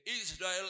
Israel